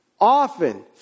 Often